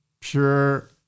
pure